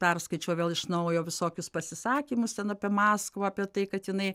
perskaičiau vėl iš naujo visokius pasisakymus ten apie maskvą apie tai kad jinai